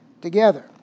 together